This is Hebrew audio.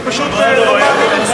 אני פשוט לא מאמין,